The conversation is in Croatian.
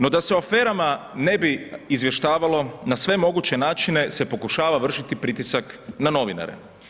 No, da se o aferama ne bi izvještavalo, na sve moguće načine se pokušava vršiti pritisak na novinare.